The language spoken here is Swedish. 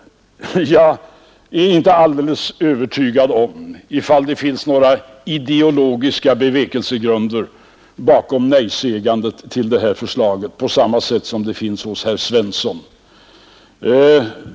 Jag är inte alldeles övertygad om att det finns några ideologiska bevekelsegrunder bakom detta nejsägande till förslaget, på samma sätt som det finns hos herr Svensson.